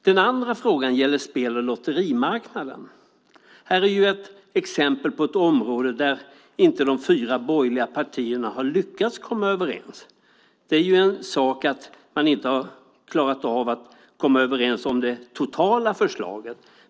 Den andra frågan gäller spel och lotterimarknaden - ett exempel på ett område där de fyra borgerliga partierna inte har lyckats komma överens. En sak är att man inte har klarat av att komma överens om det totala förslaget.